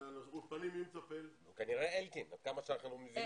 על פי מה שאנחנו מבינים,